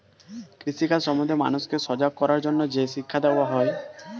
কৃষি কাজ সম্বন্ধে মানুষকে সজাগ করার জন্যে যে শিক্ষা দেওয়া হয়